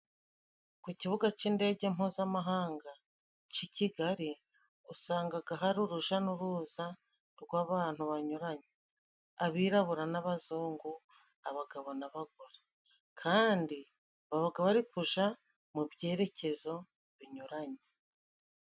Ku kibuga c'indege mpuzamahanga c'i Kigali usangaga hari uruja n'uruza rw'abantu banyuranye, abirabura n'abazungu, abagabo n'abagore kandi babaga bari kuja mu byerekezo binyuranye.